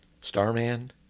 Starman